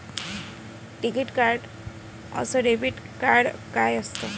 टिकीत कार्ड अस debit card काय असत?